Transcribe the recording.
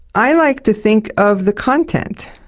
i like to think of the content,